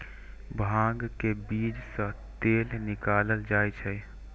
भांग के बीज सं तेल निकालल जाइ छै